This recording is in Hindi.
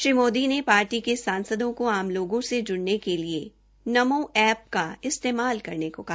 श्री मोदी ने पार्टी के सांसदों को आम लोगों से जुड़ने के लिए नमो एप्प् का इस्तेमाल करने को कहा